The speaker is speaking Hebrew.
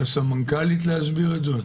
את יכול לתת לסמנכ"לית להסביר את זה?